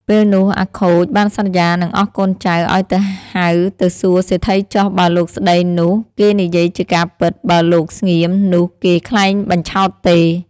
ពេលនោះអាខូចបានសន្យានឹងអស់កូនចៅឲ្យទៅហៅទៅសួរសេដ្ឋីចុះ បើលោកស្ដីនោះគេនិយាយជាការពិត បើលោកស្ងៀមនោះគេក្លែងបញ្ឆោតទេ។